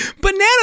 banana